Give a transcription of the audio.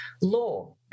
Law